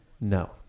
No